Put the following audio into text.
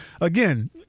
again